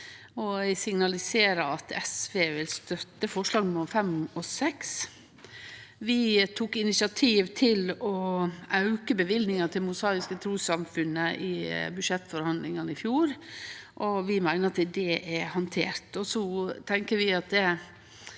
Eg signaliserer at SV vil støtte forslaga nr. 5 og 6. Vi tok initiativ til å auke løyvingane til det mosaiske trussamfunnet i budsjettforhandlingane i fjor, og vi meiner det er handtert.